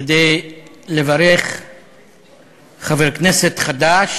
כדי לברך חבר כנסת חדש